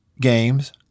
games